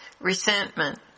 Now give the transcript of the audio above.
resentment